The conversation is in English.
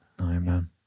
Amen